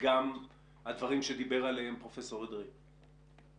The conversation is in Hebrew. וגם הדברים שדיבר עליהם פרופ' אדרעי?